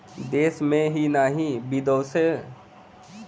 देश में ही नाही बिदेशो मे बैंक बहुते बड़ा बड़ा हौ